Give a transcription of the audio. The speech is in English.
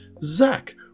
zach